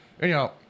Anyhow